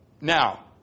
Now